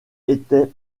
étaient